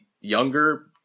younger